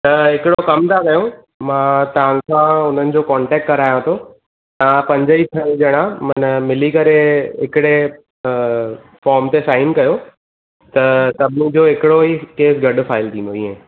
त हिकिड़ो कमु था कयूं मां तव्हांसां हुननि जो कॉन्टेक करायां थो तव्हां पंज ई छह ॼणा माना मिली करे हिकिड़े फॉम ते साइन कयो त सभिनि जो हिकिड़ो ई केस गॾु फाइल थींदो इएं